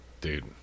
Dude